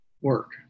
work